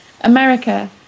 America